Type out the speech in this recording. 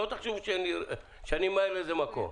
שלא תחשבו שאני ממהר לאיזה מקום.